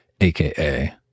AKA